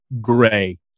gray